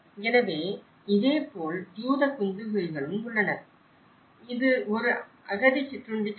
எனவே இதேபோல் யூத குந்துகைகளும் உள்ளனர் இது ஒரு அகதி சிற்றுண்டிச் சாலை